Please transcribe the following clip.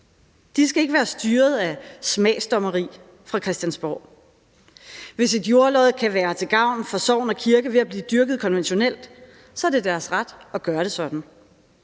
De skal ikke være styret af smagsdommeri fra Christiansborg. Hvis et jordlod kan være til gavn for sogn og kirke ved at blive dyrket konventionelt, er det deres ret at gøre det sådan.